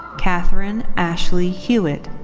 katherine ashley hewitt.